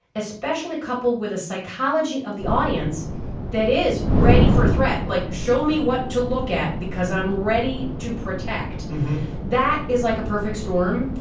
especially coupled with a psychology of the audience that is ready for threat, like show me what to look at because i'm ready to protect that is like a perfect storm.